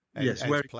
Yes